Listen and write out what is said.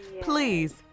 Please